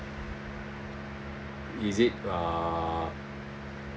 is it uh